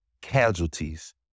casualties